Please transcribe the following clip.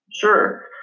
Sure